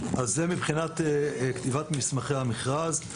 זה מבחינת כתיבת מסמכי המכרז.